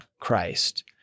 Christ